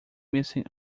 missing